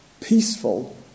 peaceful